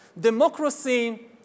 democracy